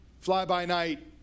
fly-by-night